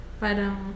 para